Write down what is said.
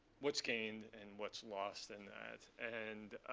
what's gained and what's lost in that? and